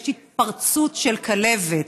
יש התפרצות של כלבת.